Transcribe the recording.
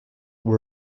were